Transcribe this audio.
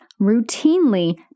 routinely